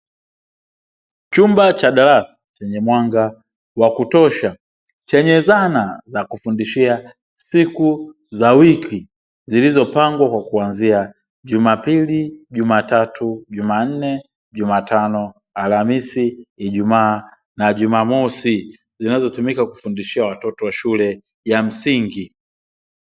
Chumba cha darasa chenye mwanga wa kutosha chenye zana za kufundishia siku za wiki zilizopangwa kwakuanzia jumapili, jumatatu, jumanne, jumatano, alhamisi, ijumaa na jumamosi zinazotumika kufundishia watoto wa shule ya msingi.